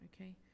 okay